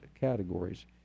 categories